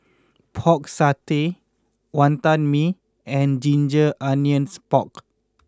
Pork Satay Wantan Mee and Ginger Onions Pork